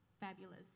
fabulous